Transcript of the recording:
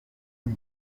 lui